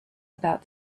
about